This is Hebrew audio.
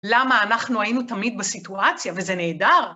למה אנחנו היינו תמיד בסיטואציה, וזה נהדר